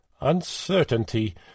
uncertainty